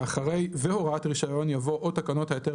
ואחרי "והוראת רישיון" יבוא "או תקנות ההיתר